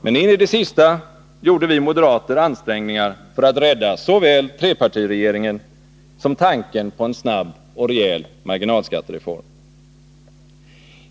Men in i det sista gjorde vi moderater ansträngningar för att rädda såväl trepartiregeringen som tanken på en snabb och rejäl marginalskattereform.